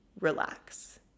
relax